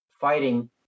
fighting